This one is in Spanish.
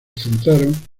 centraron